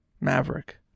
Maverick